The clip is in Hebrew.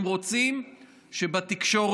הם רוצים שבתקשורת